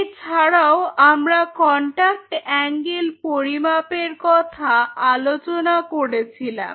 এছাড়াও আমরা contact angle পরিমাপের কথা আলোচনা করেছিলাম